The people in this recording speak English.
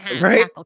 Right